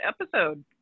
episode